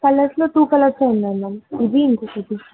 కలర్స్లో టూ కలర్సే ఉన్నాయి మ్యామ్ ఇది ఇంకోకటి